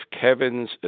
Kevin's